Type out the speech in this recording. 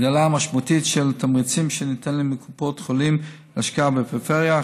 הגדלה משמעותית של התמריצים שניתנים לקופות החולים להשקעה בפריפריה,